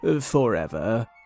forever